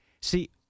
see